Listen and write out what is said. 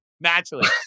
Naturally